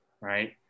right